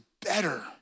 better